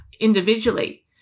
individually